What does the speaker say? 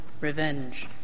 revenge